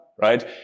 right